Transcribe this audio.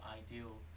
ideal